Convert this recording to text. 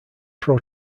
pro